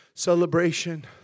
celebration